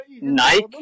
Nike